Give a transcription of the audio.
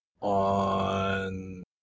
On